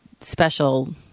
special